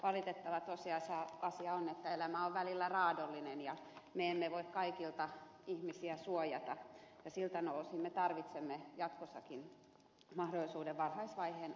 valitettava tosiasia on että elämä on välillä raadollinen ja me emme voi kaikelta ihmisiä suojata ja siltä osin me tarvitsemme jatkossakin mahdollisuuden varhaisvaiheen abortteihin